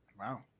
Wow